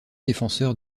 défenseur